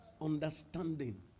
Understanding